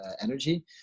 energy